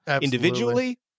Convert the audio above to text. individually